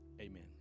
Amen